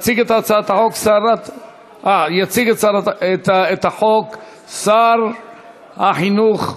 יציג את החוק שר החינוך,